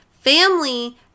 Family